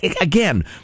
again